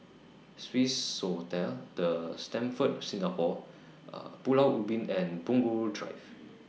Swissotel The Stamford Singapore Pulau Ubin and Punggol Drive